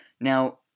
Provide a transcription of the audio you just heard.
Now